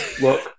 look